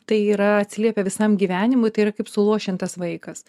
tai yra atsiliepia visam gyvenimui ir kaip suluošintas vaikas